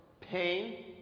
pain